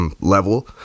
level